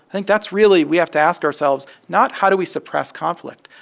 think that's really we have to ask ourselves not how do we suppress conflict?